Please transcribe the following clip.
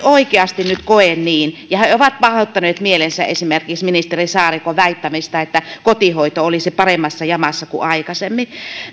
oikeasti nyt koe niin ja he ovat pahoittaneet mielensä esimerkiksi ministeri saarikon väittämistä että kotihoito olisi paremmassa jamassa kuin aikaisemmin